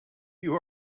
you